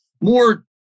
more